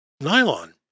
Nylon